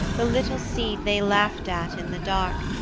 the little seed they laughed at in the dark,